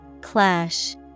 Clash